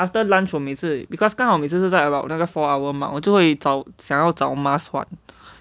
after lunch 我每次 because 刚好每次是 about 那个 four hour mark 我就会找想要找 must what